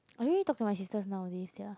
I really talk to my sister nowadays ya